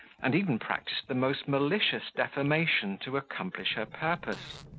and even practised the most malicious defamation to accomplish her purpose.